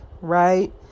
right